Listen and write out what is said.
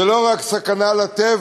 זה לא רק סכנה לטבע,